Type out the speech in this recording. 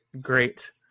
great